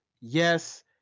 yes